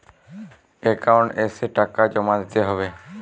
Account এসে টাকা জমা দিতে হবে?